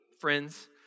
friends